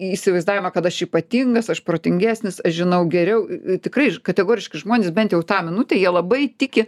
įsivaizdavimą kad aš ypatingas aš protingesnis žinau geriau tikrai ž kategoriški žmonės bent jau tą minutę jie labai tiki